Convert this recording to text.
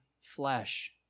flesh